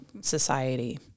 society